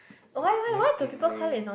durian flavouring